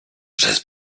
przez